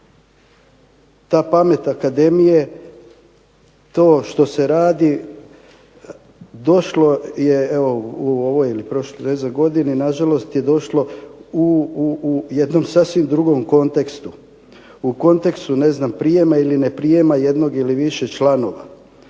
ta pamet akademije to što se radi došlo je evo u ovoj ili prošloj godini nažalost je došlo u jednom sasvim drugom kontekstu. U kontekstu ne znam prijema ili ne prijema jednog ili više članova.